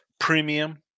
premium